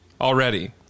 already